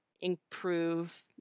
improve